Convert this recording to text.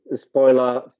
spoiler